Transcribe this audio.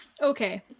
okay